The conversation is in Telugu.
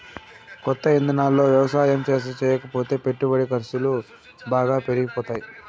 కొత్త ఇదానాల్లో యవసాయం చేయకపోతే పెట్టుబడి ఖర్సులు బాగా పెరిగిపోతాయ్